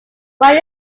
why